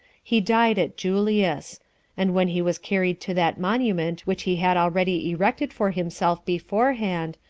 he died at julias and when he was carried to that monument which he had already erected for himself beforehand,